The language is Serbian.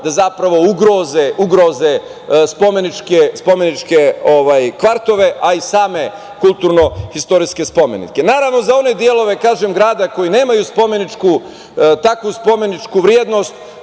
da zapravo ugroze spomeničke kvartove, a i same kulturno-istorijske spomenike. Naravno, za one delove grada koji nemaju takvu spomeničku vrednost